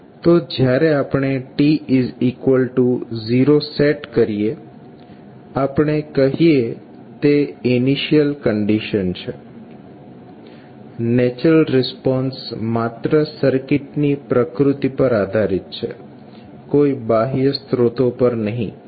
તો જ્યારે આપણે t0 સેટ કરીએ આપણે કહીએ તે ઇનિશિયલ કંડિશન છે નેચરલ રિસ્પોન્સ માત્ર સર્કિટની પ્રકૃતિ પર આધારીત છે કોઈ બાહ્ય સ્ત્રોતો પર નહિ